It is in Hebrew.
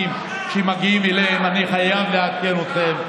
שמגיעים אליהם אני חייב לעדכן אתכם.